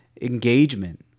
engagement